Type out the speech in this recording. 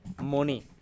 Money